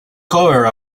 cover